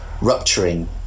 rupturing